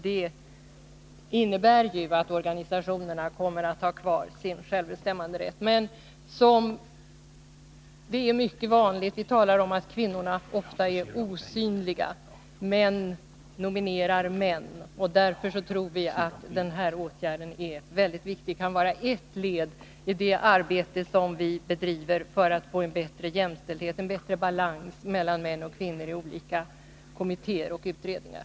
Detta innebär ju att organisationerna kommer att ha kvar sin självbestämmanderätt. Det är mycket vanligt att det talas om att kvinnorna ofta är osynliga. Män nominerar män. Därför tror vi att den här åtgärden är mycket viktig och att den kan vara ett led i det arbete som vi bedriver för att få mer jämställdhet och en bättre balans mellan män och kvinnor i olika kommittéer och utredningar.